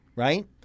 Right